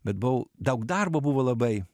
bet buvau daug darbo buvo labai